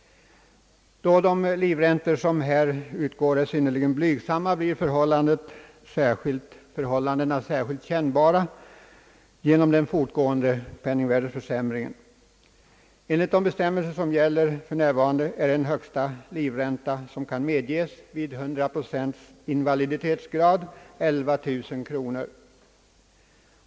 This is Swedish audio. Då de livräntor som nu utgår är synnerligen blygsamma blir förhållandena särskilt kännbara genom den fortgående penningvärdeförsämringen. Enligt de bestämmelser som gäller f. n. är den högsta livränta som kan medges vid 100-procentig <:invaliditetsgrad 11 000 kronor.